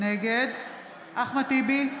נגד אחמד טיבי,